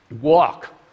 Walk